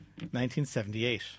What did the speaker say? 1978